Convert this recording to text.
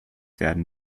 werden